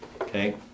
Okay